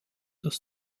das